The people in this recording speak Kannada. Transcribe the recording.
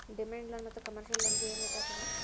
ಡಿಮಾಂಡ್ ಲೋನ ಮತ್ತ ಕಮರ್ಶಿಯಲ್ ಲೊನ್ ಗೆ ಏನ್ ವ್ಯತ್ಯಾಸದ?